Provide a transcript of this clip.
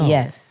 Yes